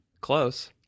Close